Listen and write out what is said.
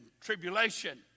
tribulation